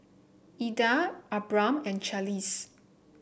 Eda Abram and Charlize